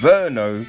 Verno